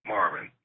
Marvin